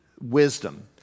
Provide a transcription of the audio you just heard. wisdom